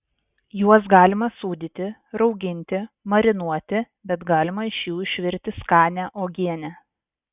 juos galima sūdyti rauginti marinuoti bet galima iš jų išvirti skanią uogienę